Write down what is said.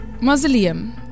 mausoleum